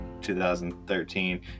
2013